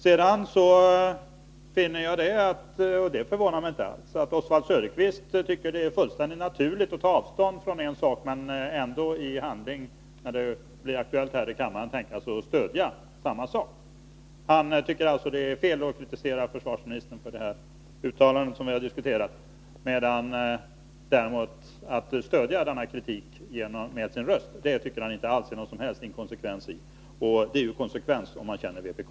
Vidare finner jag — och det förvånar mig inte alls — att Oswald Söderqvist tycker att det är fullständigt naturligt att ta avstånd från en sak men ändå i handling, när det blir aktuellt här i kammaren, tänka sig att stödja densamma. Han tycker alltså att det är fel att kritisera försvarsministern för det uttalande som vi här har diskuterat. Men att stödja denna kritik med sin röst är enligt hans mening inte alls inkonsekvent — om man känner vpk, så är det konsekvent.